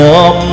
up